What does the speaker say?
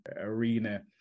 arena